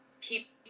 keep